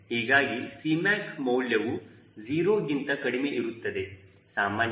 ಹೀಗಾಗಿ Cmac ಮೌಲ್ಯವು 0ಗಿಂತ ಕಡಿಮೆ ಇರುತ್ತದೆ ಸಾಮಾನ್ಯವಾಗಿ ಮೈನಸ್ 0